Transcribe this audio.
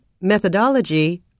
methodology